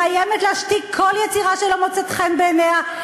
מאיימת להשתיק כל יצירה שלא מוצאת חן בעיניה,